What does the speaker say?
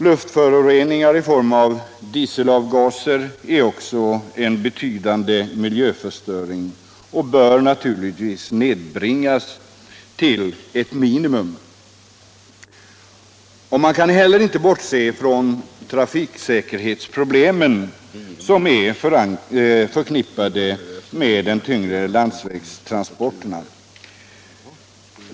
Luftföroreningar i form av dieselavgaser är också en betydande miljöförstöring, som naturligtvis bör nedbringas till ett minimum. Man kan inte heller bortse från de trafiksäkerhetsproblem som är förknippade med de tyngre landsvägstransporterna.